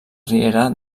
riera